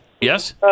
yes